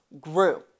grew